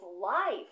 life